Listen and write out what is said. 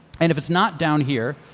and if it's not down here,